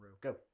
Go